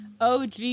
OG